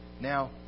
now